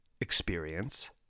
experience